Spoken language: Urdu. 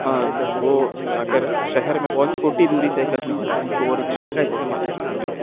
اور وہ اگر شہر میں بہت چھوٹی دوری طے کرنی ہے تو ان کو وہ رکشہ کا استعمال کر سکتے ہیں